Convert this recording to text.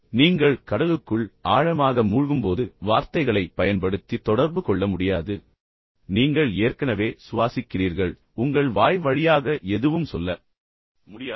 நீங்கள் கடலுக்குள் ஆழமாக மூழ்கும்போது மீண்டும் நீங்கள் வார்த்தைகளைப் பயன்படுத்தி தொடர்பு கொள்ள முடியாது நீங்கள் ஏற்கனவே சுவாசிக்கிறீர்கள் பின்னர் உங்கள் வாய் வழியாக எதுவும் சொல்ல முடியாது